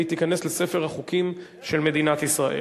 והוא ייכנס לספר החוקים של מדינת ישראל.